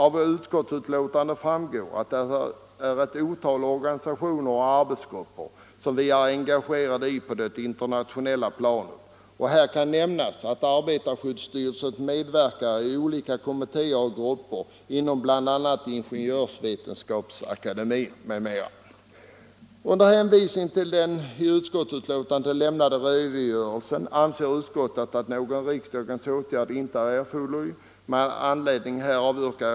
Av utskottsbetänkandet framgår att vi är engagerade i ett otal organisationer och arbetsgrupper på det internationella planet. Här kan nämnas att arbetarskyddsstyrelsen medverkar i olika kommittéer och grupper inom bl.a. Ingenjörsvetenskapsakademins område. Under hänvisning till den i betänkandet sålunda lämnade redogörelsen anser utskottet att någon riksdagens åtgärd inte är erforderlig. Fru talman!